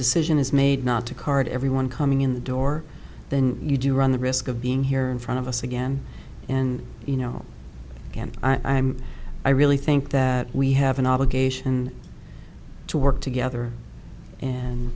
decision is made not to card everyone coming in the door then you do run the risk of being here in front of us again and you know again i'm i really think that we have an obligation to work together and